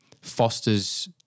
fosters